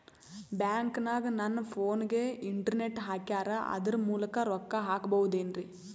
ಬ್ಯಾಂಕನಗ ನನ್ನ ಫೋನಗೆ ಇಂಟರ್ನೆಟ್ ಹಾಕ್ಯಾರ ಅದರ ಮೂಲಕ ರೊಕ್ಕ ಹಾಕಬಹುದೇನ್ರಿ?